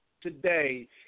today